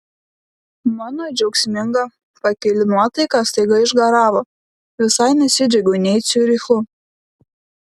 mano džiaugsminga pakili nuotaika staiga išgaravo visai nesidžiaugiau nė ciurichu